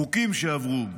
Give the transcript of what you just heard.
חוקים שעברו: